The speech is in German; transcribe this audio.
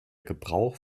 gebrauch